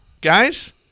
guys